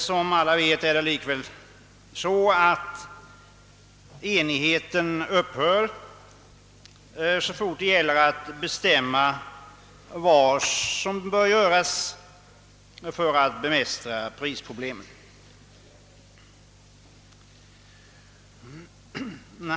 Som alla vet är det likväl så att enigheten upphör så fort det gäller att bestämma vad som bör göras för att bemästra prisproblemen.